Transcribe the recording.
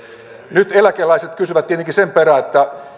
nyt eläkeläiset kysyvät tietenkin sen perään